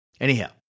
Anyhow